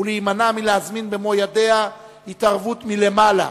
ולהימנע מלהזמין במו ידיה התערבות מלמעלה,